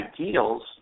ideals